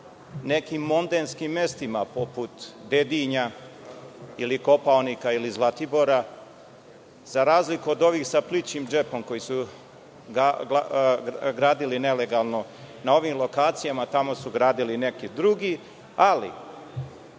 nekim mondenskim mestima poput Dedinja, ili Kopaonika, ili Zlatibora. Za razliku od ovih sa plićim džepom koji su gradili nelegalno na ovim lokacijama, tamo su gradili neki drugi. Ali,